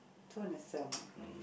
don't want to sell my house